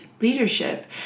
leadership